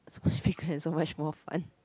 so much more fun